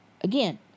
again